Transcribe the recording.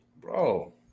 bro